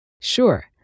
Sure